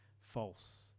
false